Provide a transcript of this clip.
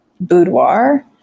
boudoir